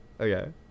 Okay